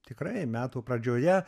tikrai metų pradžioje